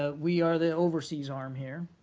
ah we are the overseas arm here.